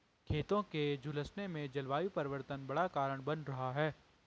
खेतों के झुलसने में जलवायु परिवर्तन बड़ा कारण बन रहा है